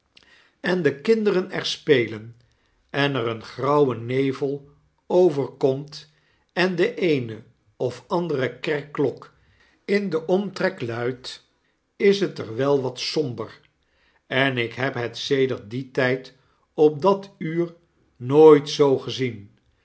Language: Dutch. en de kinderen er spelen en er een grauwe nevel over komt en de eene of andere kerkklok in den omtrek luidt is het er wel wat somber en ik heb het sedert dien tyd op dat uur nooit zoo gezien